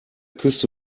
küste